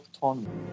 tournament